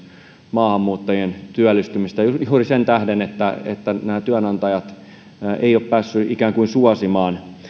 maahanmuuttajien työllistymistä juuri sen tähden että että nämä työnantajat eivät sitten ole päässeet ikään kuin suosimaan